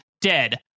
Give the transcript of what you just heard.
dead